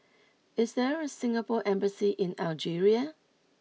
is there a Singapore embassy in Algeria